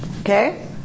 Okay